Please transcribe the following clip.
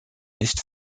nicht